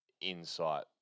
insight